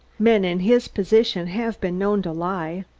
men in his position have been known to lie.